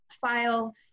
file